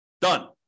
Done